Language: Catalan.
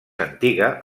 antiga